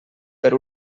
per